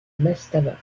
mastaba